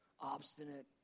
obstinate